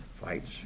fights